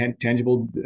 tangible